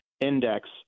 index